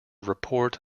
report